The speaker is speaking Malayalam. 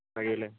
കഴിയുമല്ലേ